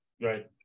Right